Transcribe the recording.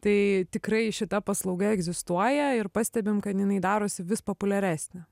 tai tikrai šita paslauga egzistuoja ir pastebim kad jinai darosi vis populiaresnė